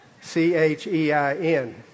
C-H-E-I-N